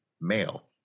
male